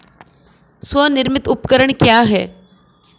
स्वनिर्मित उपकरण क्या है?